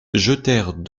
jetèrent